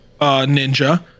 ninja